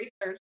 research